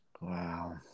Wow